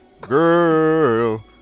Girl